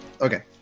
Okay